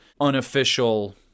unofficial